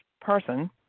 person